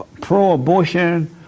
pro-abortion